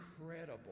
incredible